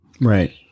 Right